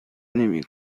نمی